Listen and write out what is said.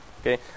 Okay